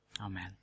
amen